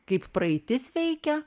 kaip praeitis veikia